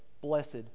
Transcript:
Blessed